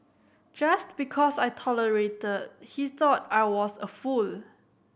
just because I tolerated he thought I was a fool